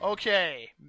Okay